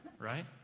right